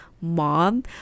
mom